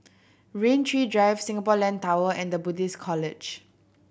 Rain Tree Drive Singapore Land Tower and The Buddhist College